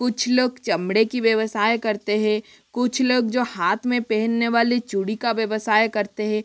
कुछ लोग चमड़े की व्यवसाय करते हैं कुछ लोग जो हाथ में पहनने वाली चूड़ी का व्यवसाय करते हैं